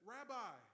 Rabbi